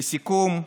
לסיכום,